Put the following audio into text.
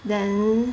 then